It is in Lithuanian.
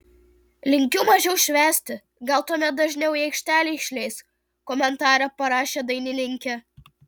linkiu mažiau švęsti gal tuomet dažniau į aikštelę išleis komentarą parašė dainininkė